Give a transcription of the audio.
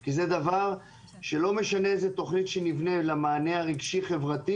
כי זה דבר שלא משנה איזה תכנית נבנה למענה הרגשי-חברתי,